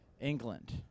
England